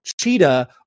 cheetah